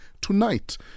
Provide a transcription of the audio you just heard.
tonight